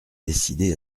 décidé